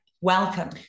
welcome